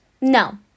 No